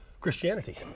Christianity